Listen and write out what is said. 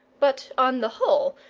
but, on the whole,